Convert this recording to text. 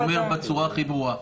אני אומר בצורה הכי ברורה,